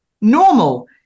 normal